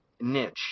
niche